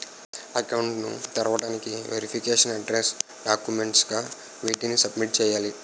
Account ను తెరవటానికి verification address documents గా వేటిని సబ్మిట్ చేయాలి?